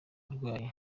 abarwayi